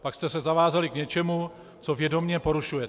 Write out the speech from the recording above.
Pak jste se zavázali k něčemu, co vědomě porušujete.